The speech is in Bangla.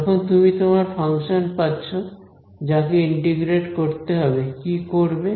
যখন তুমি তোমার ফাংশন পাচ্ছ যাকে ইন্টিগ্রেট করতে হবে কি করবে